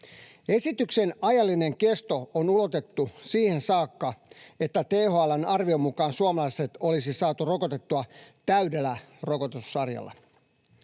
Esityksen ajallinen kesto on ulotettu siihen saakka, että THL:n arvion mukaan suomalaiset olisi saatu rokotettua täydellä rokotussarjalla.